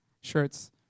shirts